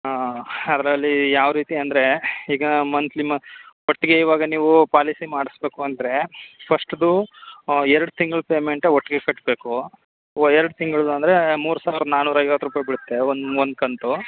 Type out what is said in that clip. ಹಾಂ ಅದ್ರಲ್ಲಿ ಯಾವ ರೀತಿ ಅಂದರೆ ಈಗ ಮಂತ್ಲಿ ಮ ಒಟ್ಟಿಗೆ ಈವಾಗ ನೀವು ಪಾಲಿಸಿ ಮಾಡಿಸ್ಬೇಕು ಅಂದರೆ ಫಸ್ಟ್ದು ಎರಡು ತಿಂಗ್ಳ ಪೇಮೆಂಟ ಒಟ್ಟಿಗೆ ಕಟ್ಟಬೇಕು ಒಹ್ ಎರಡು ತಿಂಗ್ಳಿದ್ದು ಅಂದರೆ ಮೂರು ಸಾವಿರದ ನಾನ್ನೂರ ಐವತ್ತು ರೂಪಾಯಿ ಬೀಳುತ್ತೆ ಒಂದು ಒಂದು ಕಂತು